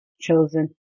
chosen